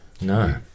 No